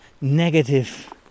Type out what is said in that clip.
negative